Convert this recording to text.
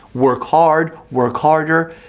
work hard, work harder,